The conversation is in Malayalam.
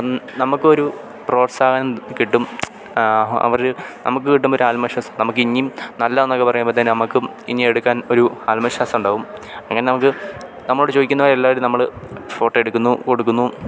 നമുക്കൊരു പ്രോത്സാഹനം കിട്ടും അവർ നമുക്ക് കിട്ടുമ്പോൾ ഒരാത്മവിശ്വാസം നമുക്ക് ഇനിയും നല്ലതാണെന്നൊക്കെ പറയുമ്പോഴത്തേന് നമുക്കും ഇനിയെടുക്കാൻ ഒരു ആത്മ വിശ്വാസം ഉണ്ടാകും അങ്ങനെ നമുക്ക് നമ്മളോട് ചോദിക്കുന്നവരെ എല്ലാവരും നമ്മൾ ഫോട്ടോ എടുക്കുന്നു കൊടുക്കുന്നു